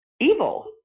evil